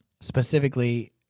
Specifically